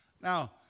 Now